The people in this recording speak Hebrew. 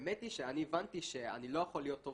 האמת היא שאני הבנתי שאני לא יכול להיות טוב